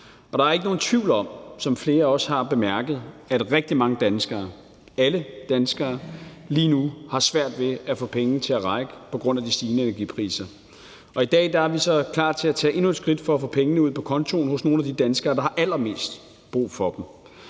Der er ikke nogen tvivl om – som flere også har bemærket – at rigtig mange danskere, alle danskere, lige nu har svært ved at få pengene til at række på grund af de stigende energipriser. I dag er vi så klar til at tage endnu et skridt for at få pengene ud på kontoen hos nogle af de danskere, der har allermest brug for dem.